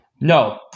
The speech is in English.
No